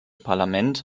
parlament